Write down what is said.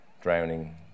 drowning